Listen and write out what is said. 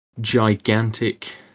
gigantic